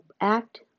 act